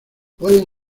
pueden